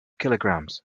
kilograms